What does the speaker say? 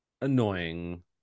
annoying